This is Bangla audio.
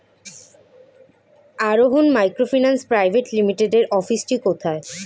আরোহন মাইক্রোফিন্যান্স প্রাইভেট লিমিটেডের অফিসটি কোথায়?